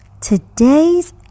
Today's